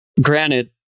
Granted